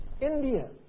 India